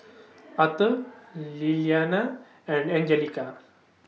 Aurthur Lilyana and Anjelica